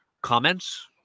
Comments